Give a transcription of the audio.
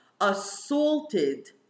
assaulted